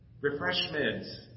refreshments